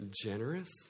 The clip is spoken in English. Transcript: generous